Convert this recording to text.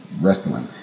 wrestling